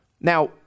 Now